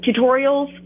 tutorials